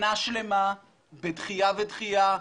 שנה שלמה בדחייה ודחיה,